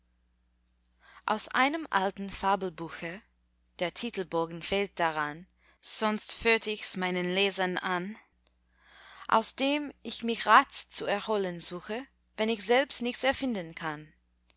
aus einem alten fabelbuche der titelbogen fehlt daran sonst führt ichs meinen lesern an aus dem ich mich rats zu erholen suche wenn ich selbst nichts erfinden kann